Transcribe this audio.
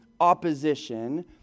opposition